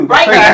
Right